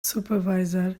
supervisor